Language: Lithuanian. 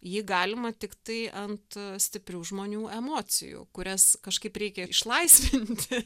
jį galima tiktai ant stiprių žmonių emocijų kurias kažkaip reikia išlaisvinti